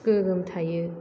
गोगोम थायो